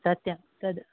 सत्यं तद्